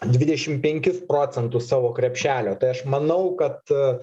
dvidešim penkis procentus savo krepšelio tai aš manau kad